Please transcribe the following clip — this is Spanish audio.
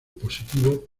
positivo